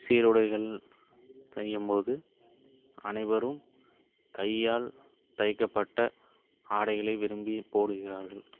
சீருடைகள் தையும்போது அனைவரும் கையால் தைக்கப்பட்ட ஆடைகளை விரும்பி போடுகிறார்கள்